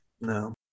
no